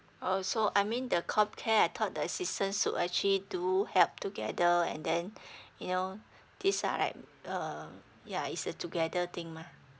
oh so I mean the comcare I thought the assistance should actually do help together and then you know these are like um yeah it's a together thing mah